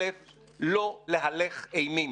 אל"ף, לא להלך אימים.